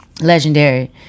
legendary